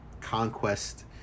conquest